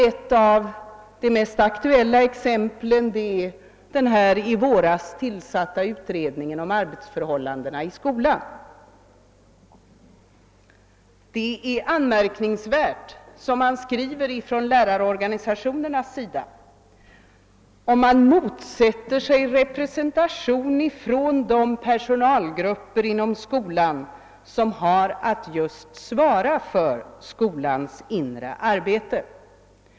Ett av de mest aktuella exemplen är den i våras tillsatta utredningen om arbetsförhållandena i sko lan. Det är anmärkningsvärt, skriver lärarorganisationerna, att man motsätter sig representation för de personalgrupper inom skolan som har att svara just för skolans inre arbete.